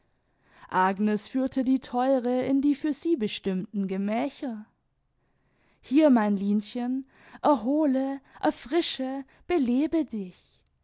agnes führte die theure in die für sie bestimmten gemächer hier mein linchen erhole erfrische belebe dich